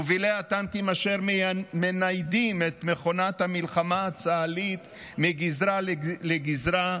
ומובילי הטנקים אשר מניידים את מכונת המלחמה הצה"לית מגזרה לגזרה,